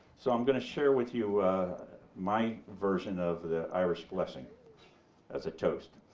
so i'm gonna share with you my version of the irish blessing as a toast.